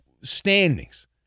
standings